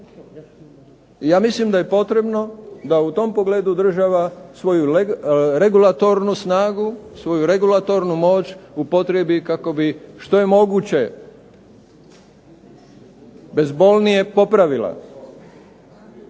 Ja mislim da je potrebno da u tom pogledu država svoju regulatornu snagu, svoju regulatornu moć upotrijebi kako bi što je moguće bezbolnije popravila